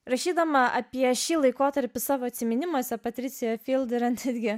rašydama apie šį laikotarpį savo atsiminimuose patricija yra net gi